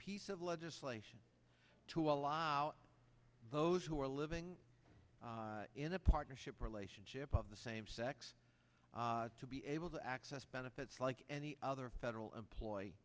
piece of legislation to allow those who are living in a partnership relationship of the same sex to be able to access benefits like any other federal employee